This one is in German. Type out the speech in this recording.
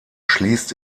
schließt